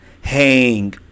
Hang